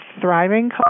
thriving